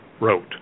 wrote